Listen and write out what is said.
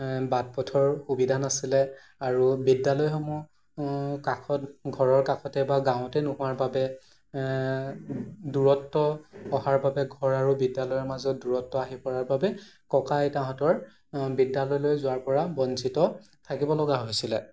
বাট পথৰ সুবিধা নাছিলে আৰু বিদ্যালয়সমূহ কাষত ঘৰৰ কাষত বা গাঁৱতে নোহোৱাৰ বাবে দূৰত্ৱ অহাৰ বাবে ঘৰ আৰু বিদ্যালয়ৰ মাজত দূৰত্ব আহি পৰাৰ বাবে ককা আইতাহঁতৰ বিদ্যালয়লৈ যোৱাৰ পৰা বঞ্চিত থাকিব লগা হৈছিলে